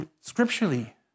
scripturally